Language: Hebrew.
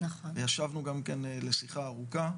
ישבנו גם כן לשיחה ארוכה,